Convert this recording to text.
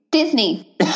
Disney